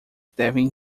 devem